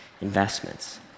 investments